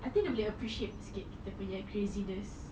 I think dia boleh appreciate sikit kita punya craziness